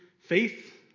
faith